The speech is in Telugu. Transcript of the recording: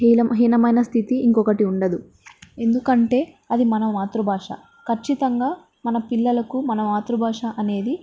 హీనం హీనమైన స్థితి ఇంకొకటి ఉండదు ఎందుకంటే అది మన మాతృభాష ఖచ్చితంగా మన పిల్లలకు మన మాతృభాష అనేది